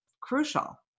crucial